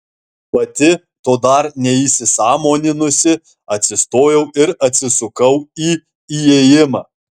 pati to dar neįsisąmoninusi atsistojau ir atsisukau į įėjimą